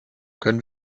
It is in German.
können